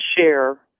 share